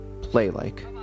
play-like